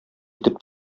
итеп